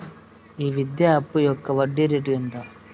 ఈ విద్యా అప్పు యొక్క వడ్డీ రేటు ఎంత?